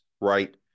right